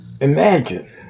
imagine